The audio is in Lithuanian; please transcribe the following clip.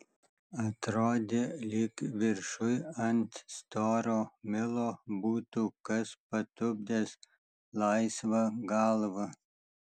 atrodė lyg viršuj ant storo milo būtų kas patupdęs laisvą galvą